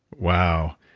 wow.